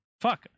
fuck